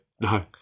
no